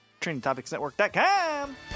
Trainingtopicsnetwork.com